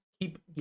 keep